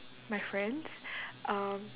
my friends uh